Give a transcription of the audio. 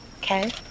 Okay